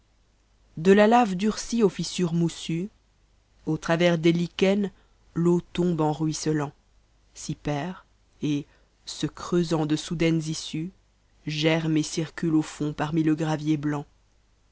de la lave durcie aux fissures moussues au travers des lichens l'eau tombe en ruisselant s'y perd et se creusant de soudaines issues germe et circule au fond parmi le gravier blanc